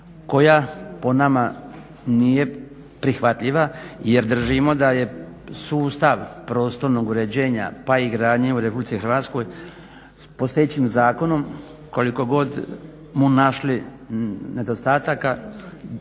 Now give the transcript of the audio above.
koja po nama nije prihvatljiva jer držimo da je sustav prostornog uređenja pa i gradnje u RH postojećim zakonom koliko god mu našli nedostataka